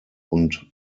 und